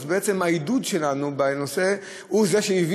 אז בעצם העידוד שלנו בנושא הוא זה שהביא